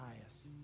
highest